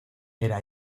era